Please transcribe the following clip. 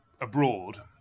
abroad